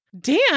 Dan